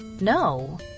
No